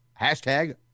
Hashtag